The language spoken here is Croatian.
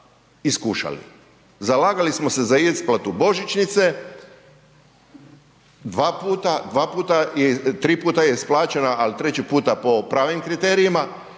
iskušali. Zalagali smo se za isplatu božićnice dva puta, tri puta je isplaćena, ali treći puta po pravim kriterijima